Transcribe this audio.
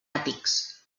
àtics